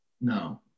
no